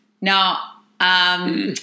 Now